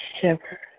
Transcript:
shiver